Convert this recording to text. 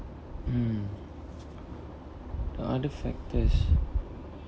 mm other factors